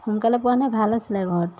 সোনকালে পোৱা হ'লে ভাল আছিলে ঘৰত